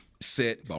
set